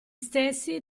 stessi